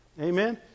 Amen